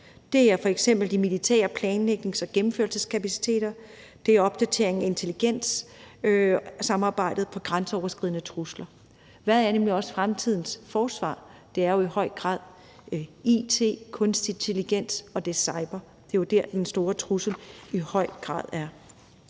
Det er f.eks. de militære planlægnings- og gennemførelseskapaciteter, det er opdatering af intelligent samarbejde om grænseoverskridende trusler. Hvad er nemlig fremtidens forsvar også? Det er jo i høj grad brug af it, kunstig intelligens, og det er cyber. Det er jo der, den store trussel i høj grad er.